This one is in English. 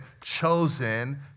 chosen